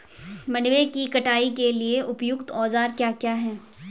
मंडवे की कटाई के लिए उपयुक्त औज़ार क्या क्या हैं?